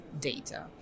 data